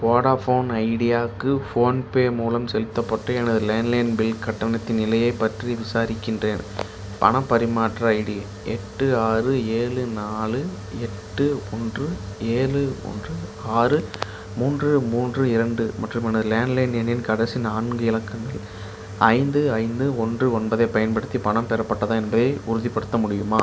Vodafone ஐடியாக்கு PhonePe மூலம் செலுத்தப்பட்ட எனது லேண்ட்லைன் பில் கட்டணத்தின் நிலையைப் பற்றி விசாரிக்கின்றேன் பணப் பரிமாற்ற ஐடி எட்டு ஆறு ஏழு நாலு எட்டு ஒன்று ஏழு ஒன்று ஆறு மூன்று மூன்று இரண்டு மற்றும் எனது லேண்ட்லைன் எண்ணின் கடைசி நான்கு இலக்கங்கள் ஐந்து ஐந்து ஒன்று ஒன்பதைப் பயன்படுத்தி பணம் பெறப்பட்டதா என்பதை உறுதிப்படுத்த முடியுமா